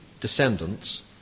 descendants